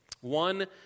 One